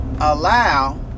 allow